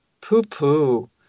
poo-poo